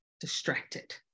distracted